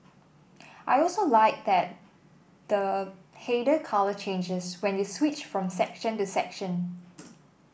I also like that the the header colour changes when you switch from section to section